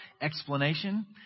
explanation